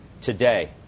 today